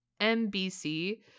MBC